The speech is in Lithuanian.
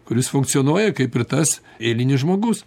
kuris funkcionuoja kaip ir tas eilinis žmogus